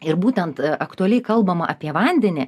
ir būtent aktualiai kalbama apie vandenį